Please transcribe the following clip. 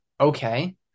Okay